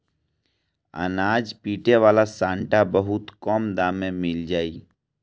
अनाज पीटे वाला सांटा बहुत कम दाम में मिल जाई